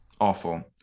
awful